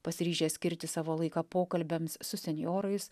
pasiryžęs skirti savo laiką pokalbiams su senjorais